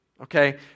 Okay